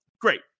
Great